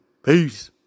Peace